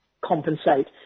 compensate